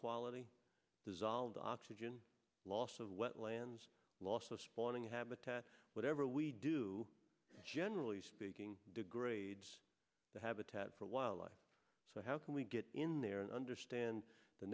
quality dissolved oxygen loss of wetlands loss of spawning habitat whatever we do generally speaking degrades the habitat for wildlife so how can we get in there and understand the